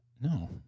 No